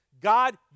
God